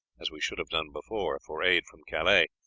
as we should have done before, for aid from calais,